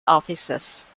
offices